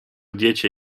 diecie